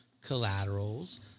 collaterals